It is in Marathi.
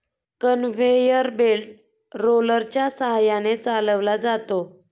कन्व्हेयर बेल्ट रोलरच्या सहाय्याने चालवला जातो